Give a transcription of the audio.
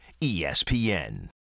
ESPN